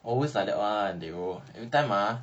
always like that [one] they will every time ah